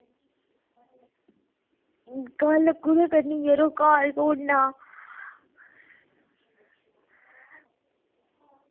गल्ल कुत्थै करनी ही यरो घर घुर ना